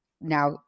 now